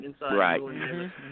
Right